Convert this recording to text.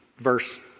Verse